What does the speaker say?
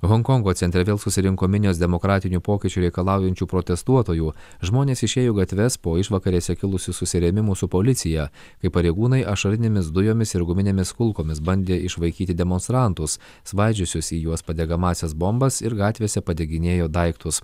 honkongo centre vėl susirinko minios demokratinių pokyčių reikalaujančių protestuotojų žmonės išėjo į gatves po išvakarėse kilusių susirėmimų su policija kai pareigūnai ašarinėmis dujomis ir guminėmis kulkomis bandė išvaikyti demonstrantus svaidžiusius į juos padegamąsias bombas ir gatvėse padeginėjo daiktus